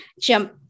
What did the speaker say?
jump